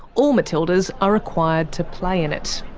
all matildas are required to play in it.